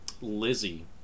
Lizzie